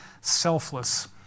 selfless